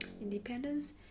independence